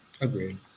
Agreed